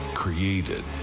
created